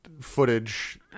footage